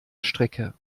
strecke